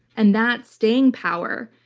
and that staying power,